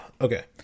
Okay